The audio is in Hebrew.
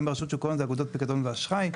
גם ברשות שוק ההון אלה אגודות פקדון ואשראי.